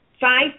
five